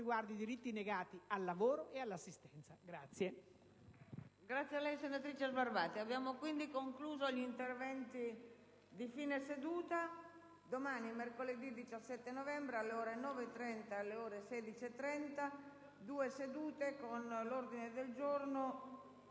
riguarda i diritti negati al lavoro e all'assistenza.